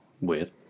Weird